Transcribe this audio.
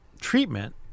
treatment